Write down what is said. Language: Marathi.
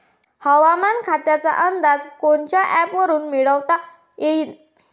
हवामान खात्याचा अंदाज कोनच्या ॲपवरुन मिळवता येईन?